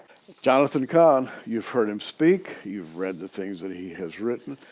jonathan cahn, you've heard him speak, you've read the things that he has written.